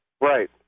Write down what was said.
Right